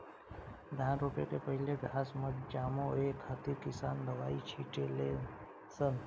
धान रोपे के पहिले घास मत जामो ए खातिर किसान दवाई छिटे ले सन